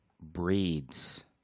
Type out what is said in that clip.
breeds